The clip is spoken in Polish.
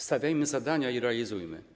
Stawiajmy zadania i realizujmy.